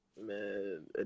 man